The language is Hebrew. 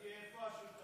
מרגי, איפה השותפה?